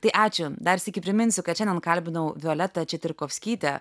tai ačiū dar sykį priminsiu kad šiandien kalbinau violetą četyrkovskytę